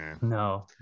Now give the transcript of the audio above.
No